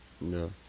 No